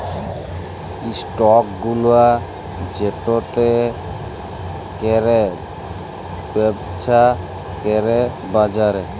stock গুলা যেটতে ক্যইরে ব্যবছা ক্যরে বাজারে